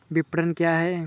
विपणन क्या है?